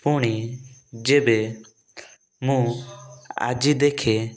ପୁଣି ଯେବେ ମୁଁ ଆଜି ଦେଖେ